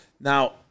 Now